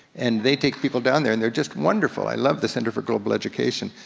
and they take people down there and they're just wonderful, i love the center for global education.